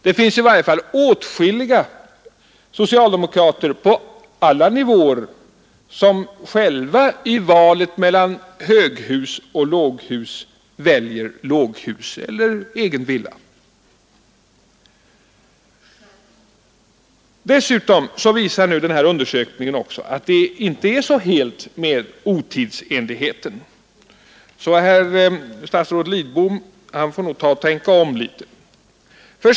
Det finns i varje fall åtskilliga socialdemokrater på alla nivåer som själva i valet mellan höghus och låghus väljer låghus eller egen villa. Dessutom visar undersökningen att det inte är så helt med otidsenligheten, så statsrådet Lidbom får nog tänka om.